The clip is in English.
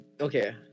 Okay